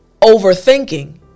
overthinking